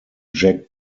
jack